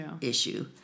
issue